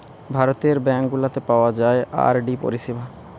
ভারতের ব্যাঙ্ক গুলাতে পাওয়া যায় আর.ডি পরিষেবা